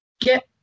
get